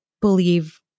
believe